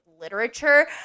literature